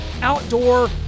outdoor